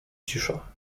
cisza